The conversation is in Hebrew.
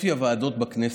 אופי הוועדות בכנסת,